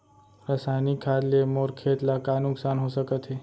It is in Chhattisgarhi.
रसायनिक खाद ले मोर खेत ला का नुकसान हो सकत हे?